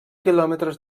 quilòmetres